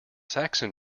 saxon